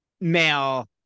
male